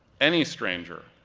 any stranger,